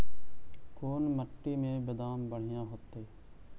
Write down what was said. कोन मट्टी में बेदाम बढ़िया होतै?